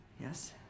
yes